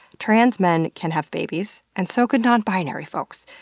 trans men can have babies and so could non-binary folks.